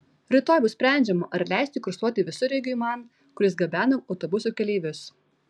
rytoj bus sprendžiama ar leisti kursuoti visureigiui man kuris gabena autobusų keleivius